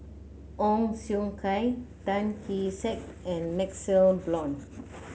Ong Siong Kai Tan Kee Sek and MaxLe Blond